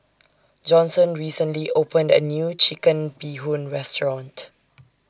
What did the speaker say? Johnson recently opened A New Chicken Bee Hoon Restaurant